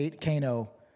Kano